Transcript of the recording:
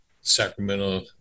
Sacramento